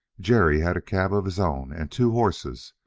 jerry had a cab of his own, and two horses,